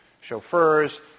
chauffeurs